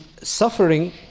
suffering